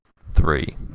three